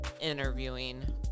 interviewing